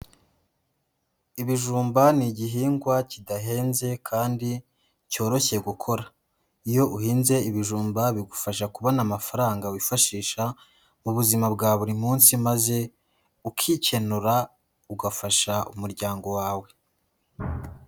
Ibijumba ni igihingwa kidahenze kandi cyoroshye gukora. Iyo uhinze ibijumba bigufasha kubona amafaranga wifashisha mu buzima bwa buri munsi maze ukikenura ugafasha umuryango wawe.